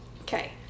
Okay